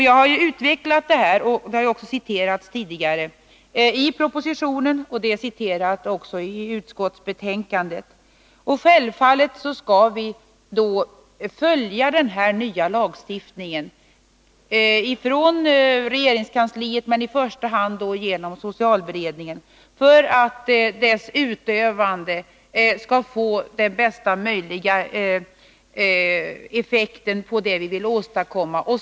Jag har utvecklat detta i propositionen, och det har citerats tidigare, också i utskottsbetänkandet. Självfallet skall vi följa den här nya lagstiftningen ifrån regeringskansliet men i första hand genom socialberedningen, för att lagens utövande skall få bästa möjliga effekt beträffande vad vi vill åstadkomma.